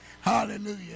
Hallelujah